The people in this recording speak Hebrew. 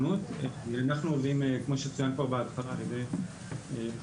אנחנו עובדים, כמו שצוין פה על ידי יו"ר הוועדה,